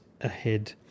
ahead